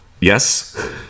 Yes